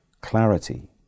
clarity